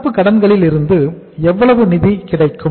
நடப்பு கடன்களிலிருந்து எவ்வளவு நிதி கிடைக்கும்